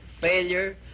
failure